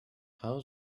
how